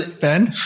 Ben